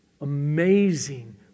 Amazing